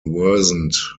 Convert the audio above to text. worsened